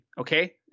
okay